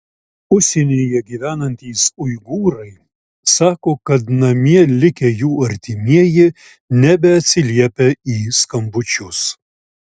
užsienyje gyvenantys uigūrai sako kad namie likę jų artimieji nebeatsiliepia į skambučius